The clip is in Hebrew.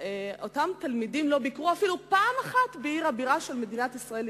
מאותם תלמידים לא ביקרו אפילו פעם אחת בעיר הבירה של מדינת ישראל,